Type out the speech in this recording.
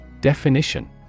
Definition